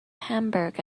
hamburg